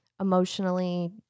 emotionally